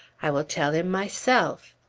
i will tell him myself!